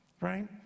right